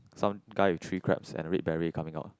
some guy with three crabs and red beret coming out